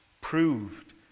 proved